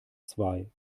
zwei